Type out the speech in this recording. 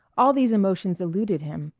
all these emotions eluded him,